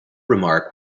remark